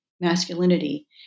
masculinity